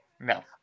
No